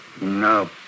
No